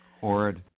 Horrid